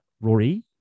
Rory